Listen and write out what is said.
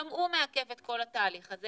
גם הוא מעכב את כל התהליך הזה,